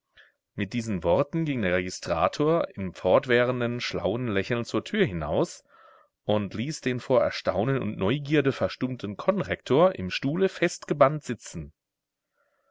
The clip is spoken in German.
mit diesen worten ging der registrator im fortwährenden schlauen lächeln zur tür hinaus und ließ den vor erstaunen und neugierde verstummten konrektor im stuhle festgebannt sitzen